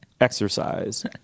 exercise